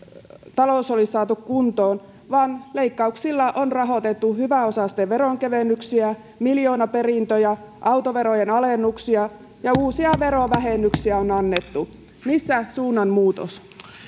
talous olisi saatu kuntoon vaan leikkauksilla on rahoitettu hyväosaisten veronkevennyksiä miljoonaperintöjä autoverojen alennuksia ja uusia verovähennyksiä on annettu missä suunnanmuutos